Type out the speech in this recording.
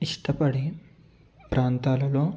ఇష్టపడి ప్రాంతాలల్లో